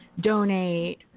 donate